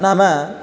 नाम